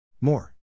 More